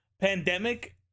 pandemic